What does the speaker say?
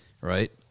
right